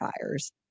fires